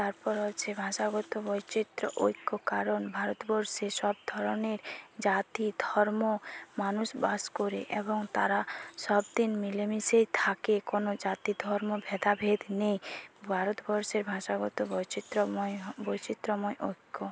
তারপর হচ্ছে ভাষাগত বৈচিত্র্য ঐক্য কারণ ভারতবর্ষে সব ধরনের জাতি ধর্ম মানুষ বাস করে এবং তারা সবদিন মিলেমিশেই থাকে কোনও জাতি ধর্ম ভেদাভেদ নেই ভারতবর্ষের ভাষাগত বৈচিত্র্যময় বৈচিত্র্যময় ঐক্য